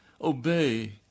obey